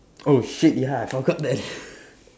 oh shit ya I forgot that